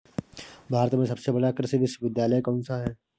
भारत में सबसे बड़ा कृषि विश्वविद्यालय कौनसा है?